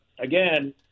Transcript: again